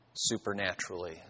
Supernaturally